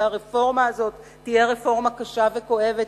והרפורמה הזאת תהיה רפורמה קשה וכואבת,